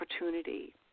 opportunity